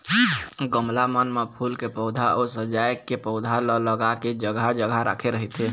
गमला मन म फूल के पउधा अउ सजाय के पउधा ल लगा के जघा जघा राखे रहिथे